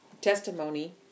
testimony